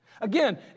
Again